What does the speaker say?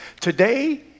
Today